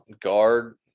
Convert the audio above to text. guard